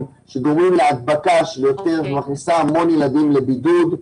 שגורמות להדבקה של יותר ומכניסה המון ילדים לבידוד,